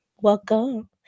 welcome